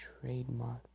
trademark